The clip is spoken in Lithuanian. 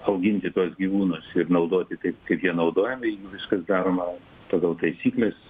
auginti tuos gyvūnus ir naudoti taip kaip jie naudojami jeigu viskas daroma pagal taisykles